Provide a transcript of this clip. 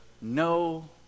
no